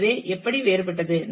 எனவே எப்படி வேறுபட்டது